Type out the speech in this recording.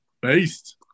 Based